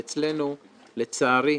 אצלנו, לצערי,